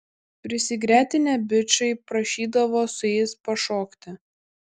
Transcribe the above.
prisigretinę bičai prašydavo su jais pašokti